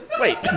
Wait